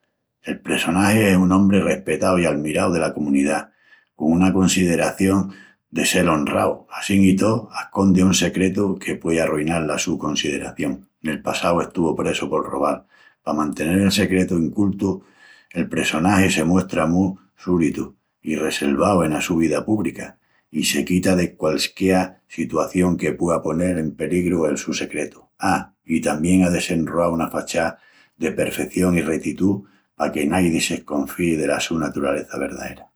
El pressonagi es un ombri respetau i almirau dela comunidá, con una consideración de sel onrau. Assín i tó, ascondi un secretu que puei arruinal la su consideración: nel passau estuvu presu por robal. Pa mantenel el secretu incultu, el pressonagi se muestra mu suritu i reselvau ena su vida púbrica, i se quita de qualisquiá sitación que puea ponel en peligru el su secretu. A. i tamién á desenroau una fachá de perfeción i retitú, paque naidi s'esconfíi dela su naturaleza verdaera.